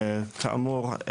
כאמור,